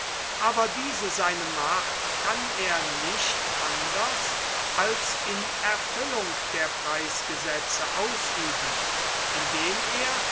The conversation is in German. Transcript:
aber diese seine macht kann er nicht anders als in erfüllung der preisgesetze ausüben indem er